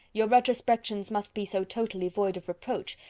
your retrospections must be so totally void of reproach,